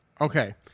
Okay